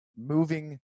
moving